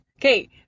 Okay